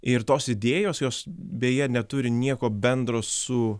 ir tos idėjos jos beje neturi nieko bendro su